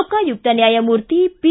ಲೋಕಾಯುಕ್ತ ನ್ಯಾಯಮೂರ್ತಿ ಪಿ